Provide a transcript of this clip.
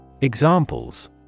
Examples